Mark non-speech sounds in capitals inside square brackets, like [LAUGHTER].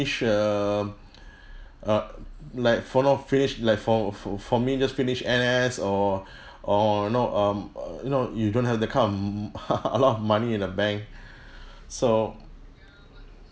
finish err err like for now finish like for for for me just finish N_S or or you know um you know you don't have that kind of m~ m~ [LAUGHS] a lot of money in the bank so